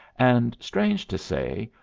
and, strange to say,